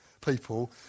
people